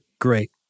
great